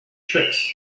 tricks